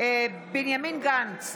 בנימין גנץ,